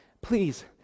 please